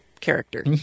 character